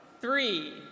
three